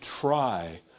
try